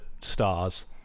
stars